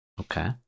Okay